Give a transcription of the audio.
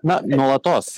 na nuolatos